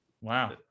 wow